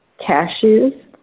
cashews